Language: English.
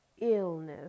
Illness